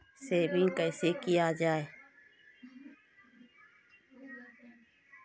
Saving कैसै किया जाय?